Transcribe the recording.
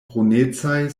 brunecaj